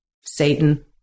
Satan